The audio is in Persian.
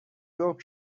گفت